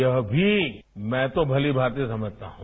यह भी मैं तो भली मांति समझता हूं